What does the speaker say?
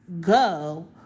go